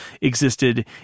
existed